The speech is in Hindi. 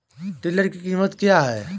टिलर की कीमत क्या है?